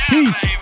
Peace